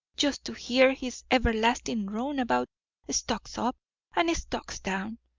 just to hear his everlasting drone about stocks up and stocks down,